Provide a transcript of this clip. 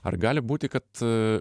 ar gali būti kad